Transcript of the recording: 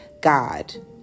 god